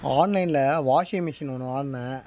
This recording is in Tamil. ஆன்லைனில் வாஷிங்மிஷின் ஒன்று வாங்கினேன்